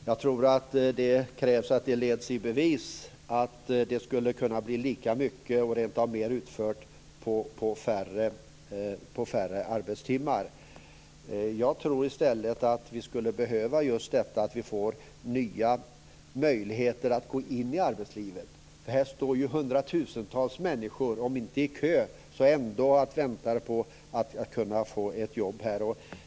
Herr talman! Jag tror att det krävs att det leds i bevis att det skulle kunna bli lika mycket eller rentav mer utfört på färre arbetstimmar. Jag tror i stället att vi skulle behöva få nya möjligheter att gå in i arbetslivet. Här står ju hundratusentals människor om inte i kö så ändå i väntan på att få ett jobb.